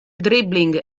dribbling